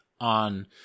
on